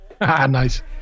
Nice